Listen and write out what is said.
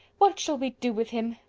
what shall we do with him?